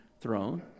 throne